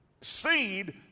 seed